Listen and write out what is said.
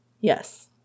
Yes